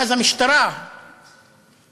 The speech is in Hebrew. ואז המשטרה הגיעה.